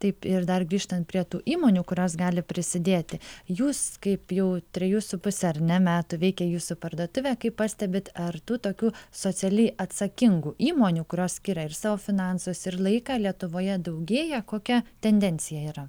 taip ir dar grįžtant prie tų įmonių kurios gali prisidėti jūs kaip jau trejus su puse ar ne metų veikia jūsų parduotuvė kai pastebit ar tų tokių socialiai atsakingų įmonių kurios skiria ir savo finansus ir laiką lietuvoje daugėja kokia tendencija yra